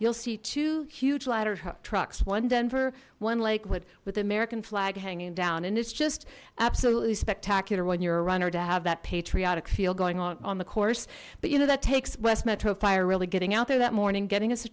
you'll see two huge ladder trucks one denver one lakewood with american flag hanging down and it's just absolutely spectacular when you're a runner to have that patriotic feel going on on the course but you know that takes west metro fire really getting out there that morning getting